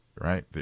right